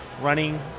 running